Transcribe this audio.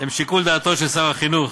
הן לשיקול דעתו של שר החינוך,